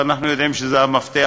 ואנחנו יודעים שזה המפתח,